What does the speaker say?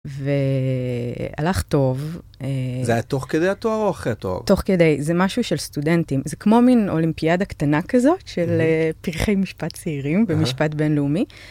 והלך טוב, זה היה תוך כדי התואר או אחרי תואר? תוך כדי, זה משהו של סטודנטים, זה כמו מין אולימפיאדה קטנה כזאת של פרחי משפט צעירים במשפט בינלאומי.